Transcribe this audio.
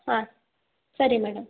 ಹಾಂ ಸರಿ ಮೇಡಮ್